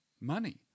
Money